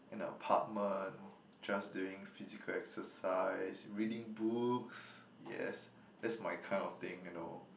in an apartment just doing physical exercise reading books yes that's my kind of thing you know